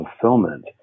fulfillment